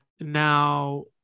Now